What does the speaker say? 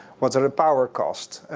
what are the power costs?